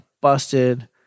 busted